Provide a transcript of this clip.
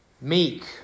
meek